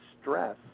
stress